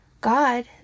god